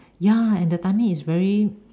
ya and the timing is very